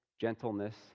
gentleness